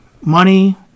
money